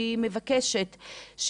והיא מבקשת,